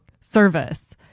service